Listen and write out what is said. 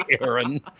Aaron